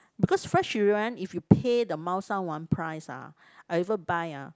because fresh durian if you pay the Mao-Shan-Wang price ah I even buy ah